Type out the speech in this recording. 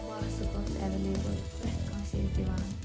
mask ٲس available پرٮ۪تھ کٲنٛسہِ ٲس دِوان